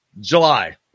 July